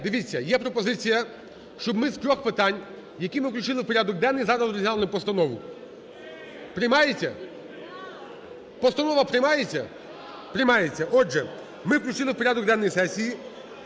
дивіться, є пропозиція, щоб ми з трьох питань які ми включили в порядок денний зараз розглянули постанову. Приймається? Постанова приймається? Приймається. Отже, ми включили в порядок денний сесії.